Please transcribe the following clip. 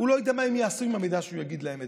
הוא לא יודע מה הם יעשו עם המידע שהוא יגיד להם.